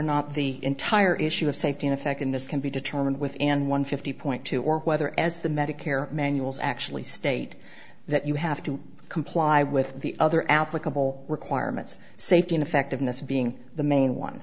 not the entire issue of safety and effectiveness can be determined within one fifty point two or whether as the medicare manuals actually state that you have to comply with the other applicable requirements safety and effectiveness being the main one